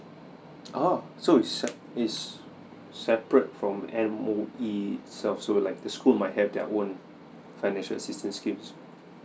oh so it's sep it's separate from M_O_E itself so like the school might have their own financial assistance scheme